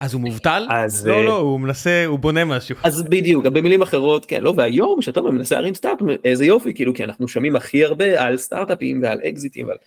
אז הוא מובטל? לא לא, הוא מנסה, הוא בונה משהו. אז בדיוק גם במילים אחרות כאילו היום שאתה מנסה להריץ סטארטאפ איזה יופי כאילו כי אנחנו שומעים הכי הרבה על סטארטאפים ועל אקזיטים.